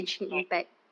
what